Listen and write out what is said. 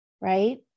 Right